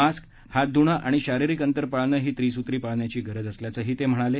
mask हात धुणे आणि शारिरीक अंतर पाळणे ही त्रिसूत्री पाळण्याची गरज असल्याचंही ते म्हणाले